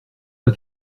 pas